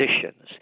positions